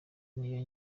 niyo